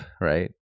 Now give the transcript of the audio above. right